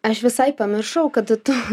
aš visai pamiršau kad tu